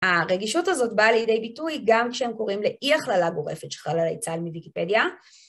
הרגישות הזאת באה לידי ביטוי גם כשהם קוראים לאי-הכללה גורפת של חללי צהל מדיקיפדיה.